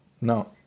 No